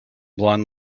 blond